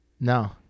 No